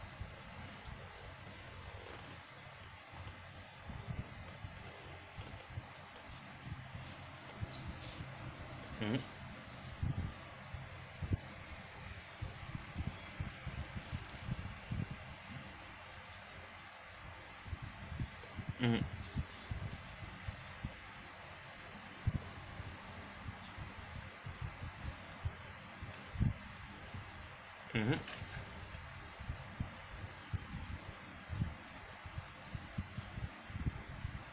mmhmm mmhmm mmhmm